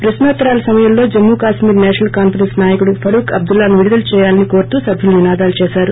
ప్రశ్నావళి సమయంలో Jammu Kashmir national conference నాయకుడు ఫరూక్ అబ్లుల్లాను విడుదల చేయాలని కోరుతూ సభ్యులు నినాదాలు చేశారు